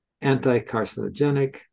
anti-carcinogenic